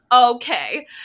okay